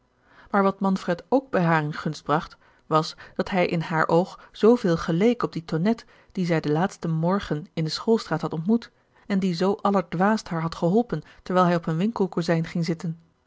maar wat manfred ook bij haar in gunst bracht was dat hij in haar oog zooveel geleek op dien tonnette dien zij den laatsten morden in de schoolstraat had ontmoet en die zoo allerdwaast haar had geholpen terwijl hij op een winkelkozijn ging zitten